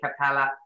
capella